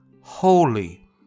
holy